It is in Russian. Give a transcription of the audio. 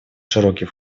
широкий